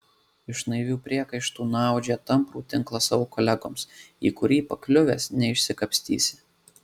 iš naivių priekaištų nuaudžia tamprų tinklą savo kolegoms į kurį pakliuvęs neišsikapstysi